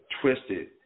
twisted